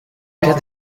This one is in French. cas